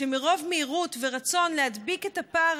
שמרוב מהירות ורצון להדביק את הפער